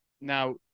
Now